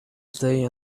day